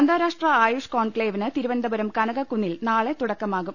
അന്താരാഷ്ട്ര ആയുഷ് കോൺക്ലെയ്വിന് തിരുവനന്തപുരം കനക ക്കുന്നിൽ നാളെ തുടക്കമാകും